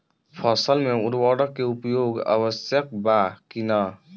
फसल में उर्वरक के उपयोग आवश्यक बा कि न?